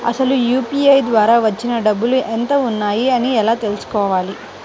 అసలు యూ.పీ.ఐ ద్వార వచ్చిన డబ్బులు ఎంత వున్నాయి అని ఎలా తెలుసుకోవాలి?